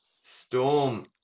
Storm